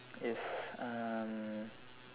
is um